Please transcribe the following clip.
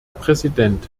präsident